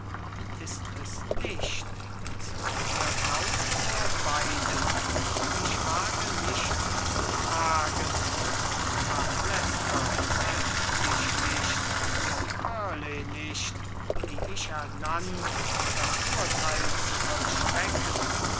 ist es nicht mir graut vor beidem und ich wage nicht zu fragen graf leicester zeigt sich nicht auch burleigh nicht die ich ernannt das urteil zu vollstrecken